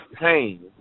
pain